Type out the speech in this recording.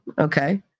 Okay